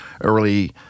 early